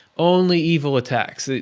only evil attacks.